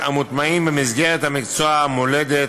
המוטמעים במסגרת המקצועות מולדת,